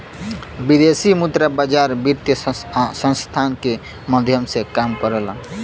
विदेशी मुद्रा बाजार वित्तीय संस्थान के माध्यम से काम करला